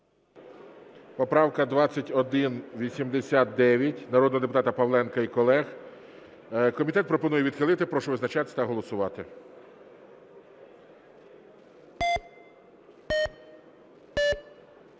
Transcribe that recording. Поправка 2189 народного депутата Павленка і колег. Комітет пропонує відхилити. Прошу визначатися та голосувати.